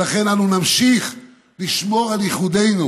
ולכן אנו נמשיך לשמור על ייחודנו